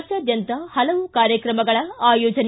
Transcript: ರಾಜ್ಯಾದ್ಯಂತ ಹಲವು ಕಾರ್ಯಕ್ರಮಗಳ ಆಯೋಜನೆ